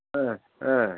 ஆ ஆ